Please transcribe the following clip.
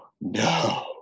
no